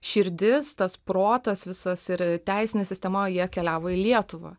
širdis tas protas visas ir teisinė sistema o jie keliavo į lietuvą